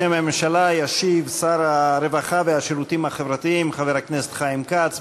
בשם הממשלה ישיב שר הרווחה והשירותים החברתיים חבר הכנסת חיים כץ.